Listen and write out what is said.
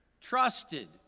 trusted